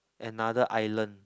another island